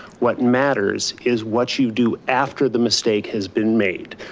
what matters is what you do after the mistake has been made.